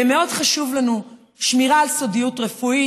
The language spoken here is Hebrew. מאוד חשובה לנו השמירה על סודיות רפואית.